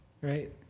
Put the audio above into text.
right